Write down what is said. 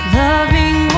loving